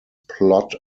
plot